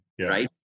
right